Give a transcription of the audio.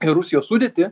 į rusijos sudėtį